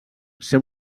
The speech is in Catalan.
ser